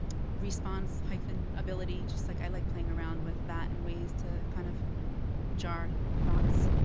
response, hyphen, ability. just, like, i like playing around with that in ways to kind of jar thoughts.